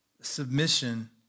submission